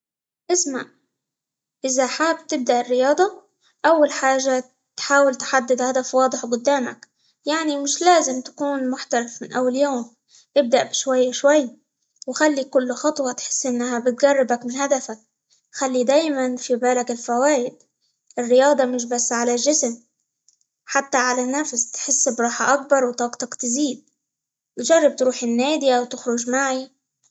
اسمع إذا حاب تبدأ الرياضة، أول حاجة تحاول تحدد هدف واضح قدامك، يعني مش لازم تكون محترف من أول يوم، ابدأ بشوي شوي، وخلي كل خطوة تحس إنها بتقربك من هدفك، خلي دايما في بالك الفوايد، الرياضة مش بس على الجسم، حتى على النفس تحس براحة أكبر، وطاقتك تزيد، جرب تروح النادي، أو تخرج معي.